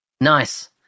Nice